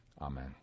amen